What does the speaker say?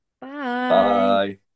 Bye